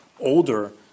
older